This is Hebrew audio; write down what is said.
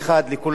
לכל האזרחים,